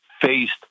faced